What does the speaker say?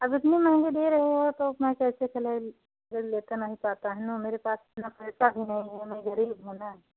अब इतना महंगे दे रहे हो तो अब मैं कैसा का ले दिल लेका नहीं चाहता है न मेरे पास इतना पैसा भी नहीं है मैं गरीब हूँ ना